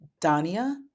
dania